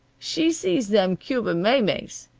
she sees them cuban maymeys.